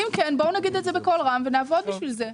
אם כן בואו נגיד את זה בקול רם ונעבוד בשביל זה.